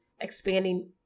expanding